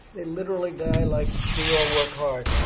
they literally die like we all work hard.